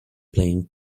playing